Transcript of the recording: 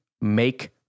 make